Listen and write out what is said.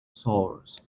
sores